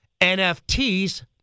NFTs